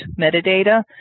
metadata